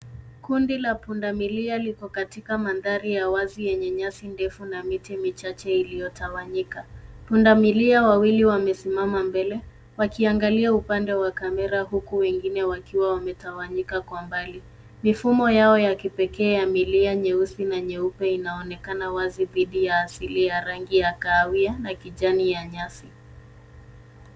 Kundi la pundamilia liko katika mandhari ya wazi yenye nyasi ndefu na miti michache iliyo tawanyika. Punda milia wawili wamesimama mbele, wakiangalia upande wa kamera huku wengine wakiwa wametawanyika kwa mbali. Mifumo yao ya kipekee ya milia nyeusi na nyeupe inaonekana wazi dhidi ya asili ya rangi ya kahawia na kijani ya nyasi.